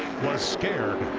was scared.